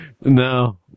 no